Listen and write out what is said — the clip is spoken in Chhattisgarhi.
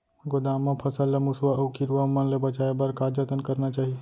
गोदाम मा फसल ला मुसवा अऊ कीरवा मन ले बचाये बर का जतन करना चाही?